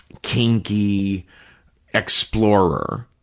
kinky explorer,